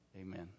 Amen